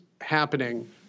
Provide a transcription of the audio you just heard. happening